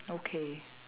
okay